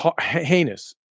heinous